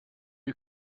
you